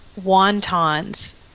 wontons